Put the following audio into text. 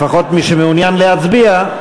לפחות מי שמעוניין להצביע,